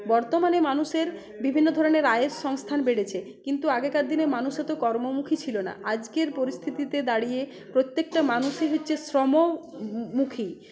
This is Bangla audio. বর্তমানে মানুষের বিভিন্ন ধরনের আয়ের সংস্থান বেড়েছে কিন্তু আগেকার দিনে মানুষে তো কর্মমুখী ছিলো না আজকের পরিস্থিতিতে দাঁড়িয়ে প্রত্যেকটা মানুষই হচ্ছে শ্রমমুখী